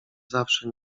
zawsze